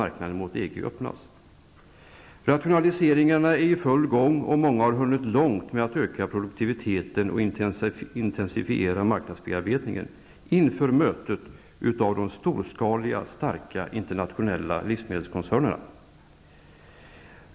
Rationaliseringar är i full gång, och många har hunnit långt med att öka produktiviteten och intensifiera marknadsbearbetningen inför mötet med de storskaliga starka internationella livsmedelskoncernerna.